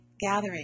gathering